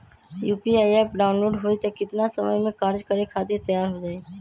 UPI app download होई त कितना समय मे कार्य करे खातीर तैयार हो जाई?